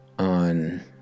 On